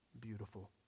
beautiful